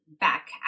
back